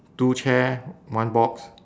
two chair one box